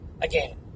again